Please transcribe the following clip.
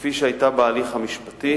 כפי שהיתה בהליך המשפטי,